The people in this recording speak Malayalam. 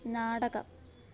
നാടകം